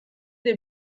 des